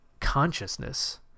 consciousness